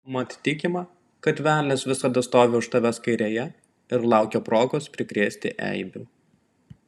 mat tikima kad velnias visada stovi už tavęs kairėje ir laukia progos prikrėsti eibių